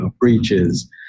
breaches